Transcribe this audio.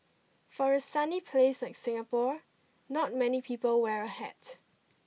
for a sunny place like Singapore not many people wear a hat